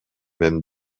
même